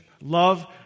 Love